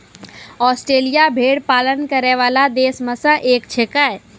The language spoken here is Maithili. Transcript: आस्ट्रेलिया भेड़ पालन करै वाला देश म सें एक छिकै